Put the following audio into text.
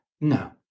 No